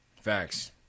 Facts